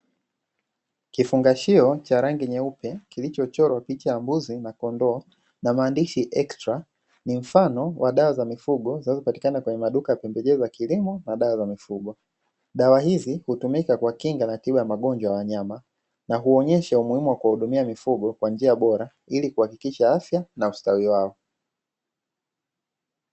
Kifungashio cha rangi nyeupe kilichochorwa licha ya mbuzi na kondok na maandishi XTRA, ni mfano wa dawa za mifugo zinazopatikana kwenye maduka ya pembejeo za kilimo na dawa za mifugo. Dawa hizi hutumika kwa kinga na tiba ya magonjwa ya wanyama, na huonyesha umuhimu wa kuwahudumia mifugo kwa njia bora ili kuhakikisha afya na ustawi wao.